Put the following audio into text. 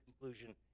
conclusion